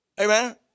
Amen